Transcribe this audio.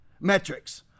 metrics